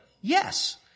Yes